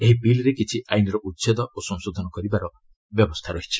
ଏହି ବିଲ୍ରେ କିଛି ଆଇନ୍ର ଉଚ୍ଛେଦ ଓ ସଂଶୋଧନ କରିବାର ବ୍ୟବସ୍ଥା ରହିଛି